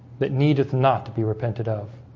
that needeth not to be repented of